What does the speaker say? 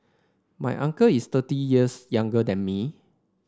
my uncle is thirty years younger than me